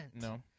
No